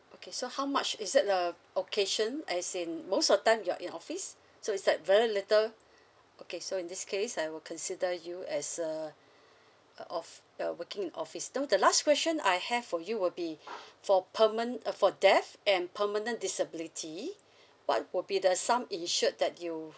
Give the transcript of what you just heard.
okay so how much is that a occasion as in most of the time you're in office so it's like very little okay so in this case I will consider you as uh of~ uh working in office so the last question I have for you will be for perman~ uh for death and permanent disability what would be the sum insured that you